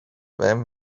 them